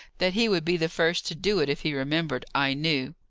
that he would be the first to do it if he remembered, i knew.